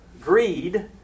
greed